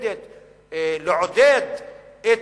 ומכובדת לעודד את